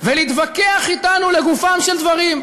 ולהתווכח אתנו לגופם של דברים.